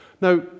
Now